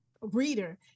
reader